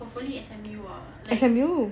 hopefully S_M_U ah like